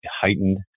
heightened